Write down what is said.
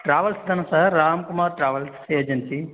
travels தானே sir Ramkumar travels agency